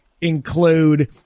include